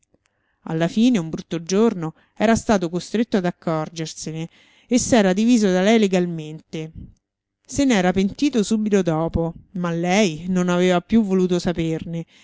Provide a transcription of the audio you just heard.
alla fine un brutto giorno era stato costretto ad accorgersene e s'era diviso da lei legalmente se n'era pentito subito dopo ma lei non aveva più voluto saperne